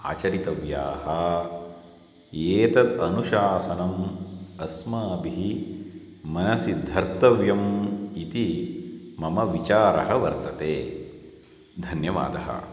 आचरितव्याः एतत् अनुशासनम् अस्माभिः मनसि धर्तव्यम् इति मम विचारः वर्तते धन्यवादः